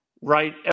right